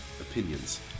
opinions